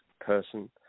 person